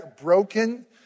broken